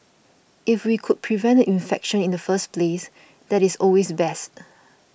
if we could prevent the infection in the first place that is always best